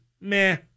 meh